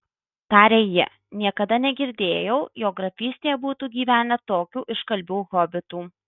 tarė ji niekada negirdėjau jog grafystėje būtų gyvenę tokių iškalbių hobitų